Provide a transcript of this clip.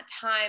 time